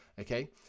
okay